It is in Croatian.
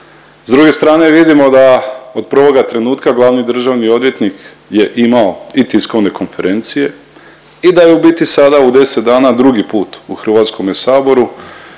S druge strane vidimo da od prvoga trenutka glavni državni odvjetnik je imao i tiskovne konferencije i da je u biti sada u deset dana drugi put u HS-u i da